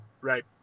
right